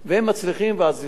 ואז זה יוצר כותרות.